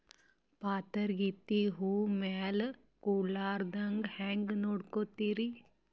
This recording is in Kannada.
ಪಾತರಗಿತ್ತಿ ಹೂ ಮ್ಯಾಲ ಕೂಡಲಾರ್ದಂಗ ಹೇಂಗ ನೋಡಕೋತಿರಿ?